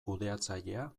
kudeatzailea